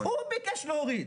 הוא ביקש להוריד.